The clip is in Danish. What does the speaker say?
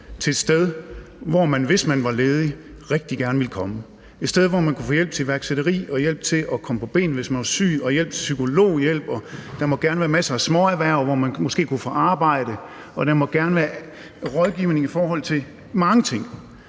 til et sted, hvor man, hvis man var ledig, rigtig gerne ville komme – et sted, hvor man kunne få hjælp til iværksætteri og hjælp til at komme på benene, hvis man var syg, og hjælp til psykolog. Der måtte gerne være masser af småerhverv, hvor man måske kunne få arbejde, og der måtte gerne være rådgivning om mange ting.